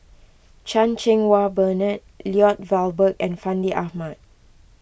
Chan Cheng Wah Bernard Lloyd Valberg and Fandi Ahmad